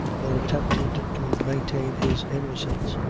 nor attempted to maintain his innocence,